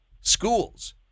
schools